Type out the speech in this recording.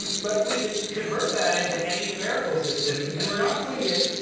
but we could convert that into any numerical system. and we're not going to get